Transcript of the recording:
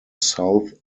south